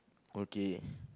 okay